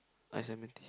ice lemon tea